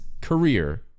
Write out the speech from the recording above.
career